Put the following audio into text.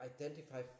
identify